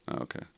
Okay